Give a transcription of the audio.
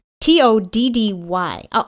T-O-D-D-Y